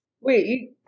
Wait